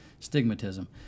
stigmatism